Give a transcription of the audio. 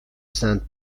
سنت